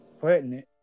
pregnant